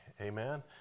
Amen